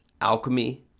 alchemy